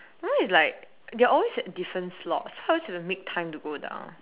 now it's like they always at different slots how are you going to make time to go down